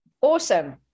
Awesome